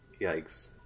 Yikes